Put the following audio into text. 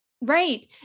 Right